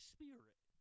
Spirit